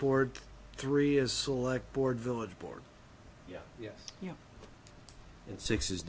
board three is select board village board yeah yeah yeah and six is